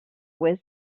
was